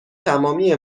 تمامی